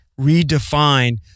redefine